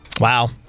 Wow